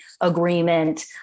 agreement